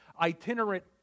itinerant